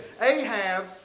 Ahab